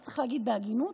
וצריך להגיד בהגינות,